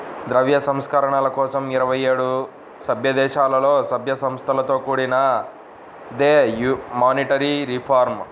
ద్రవ్య సంస్కరణల కోసం ఇరవై ఏడు సభ్యదేశాలలో, సభ్య సంస్థలతో కూడినదే మానిటరీ రిఫార్మ్